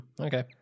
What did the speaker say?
okay